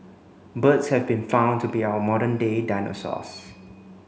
birds have been found to be our modern day dinosaurs